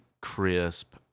crisp